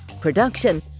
production